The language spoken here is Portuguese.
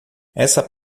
essa